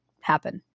happen